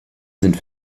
sind